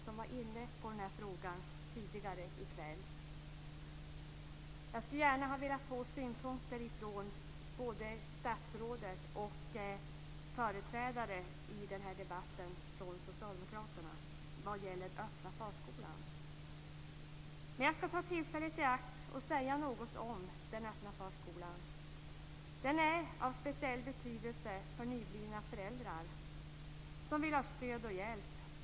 Han var inne på den här frågan tidigare i kväll. Jag skulle gärna ha velat få synpunkter på öppna förskolan från både statsrådet och företrädaren för socialdemokraterna i den här debatten. Men jag skall ta tillfället i akt och säga något om den öppna förskolan. Den är av speciell betydelse för nyblivna föräldrar som vill ha stöd och hjälp.